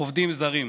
עובדים זרים.